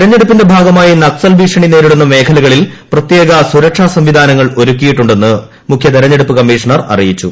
തെരഞ്ഞെടുപ്പിന്റെ ഭാഗമായി നക്സുജി ഭീഷണി നേരിടുന്ന മേഖലകളിൽ പ്രത്യേക സുരക്ഷാസംവിധ്മുനങ്ങൾ ഒരുക്കിയിട്ടുണ്ടെന്ന് മുഖ്യതെരഞ്ഞെടുപ്പ് കമ്മീഷണൂർ അറി്യിച്ചു